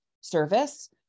service